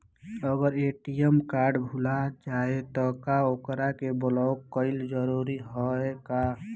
अगर ATM card भूला जाए त का ओकरा के बलौक कैल जरूरी है का?